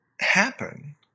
happen